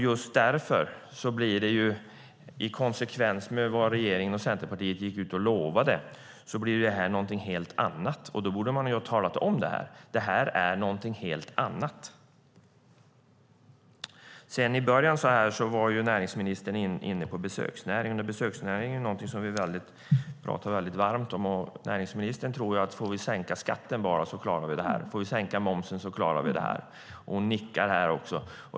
Just därför blir det här i konsekvens med vad regeringen och Centerpartiet gick ut och lovade någonting hela annat. Då borde man ha talat om det: Det här är någonting helt annat. I början var näringsministern inne på besöksnäringen. Besöksnäringen är någonting vi talar väldigt varmt om, och näringsministern tror att vi klarar det här bara vi får sänka skatten - får vi sänka momsen klarar vi det. Hon nickar här.